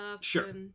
Sure